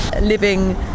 living